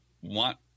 want